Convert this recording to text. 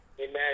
Amen